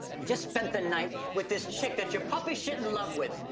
you just spent the night with this chick that you're puppy shit in love with,